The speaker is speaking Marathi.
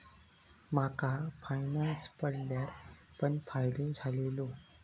माका फायनांस पडल्यार पण फायदो झालेलो